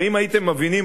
הרי אם הייתם מבינים,